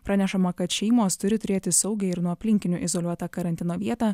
pranešama kad šeimos turi turėti saugią ir nuo aplinkinių izoliuotą karantino vietą